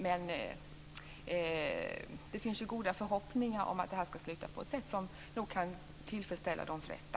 Men det finns goda förhoppningar om att detta ska sluta på ett sätt som nog kan tillfredsställa de flesta.